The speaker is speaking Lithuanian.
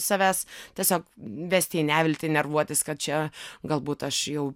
savęs tiesiog vesti į neviltį nervuotis kad čia galbūt aš jau